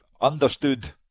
understood